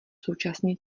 současně